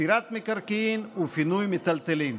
מסירת מקרקעין ופינוי מיטלטלין.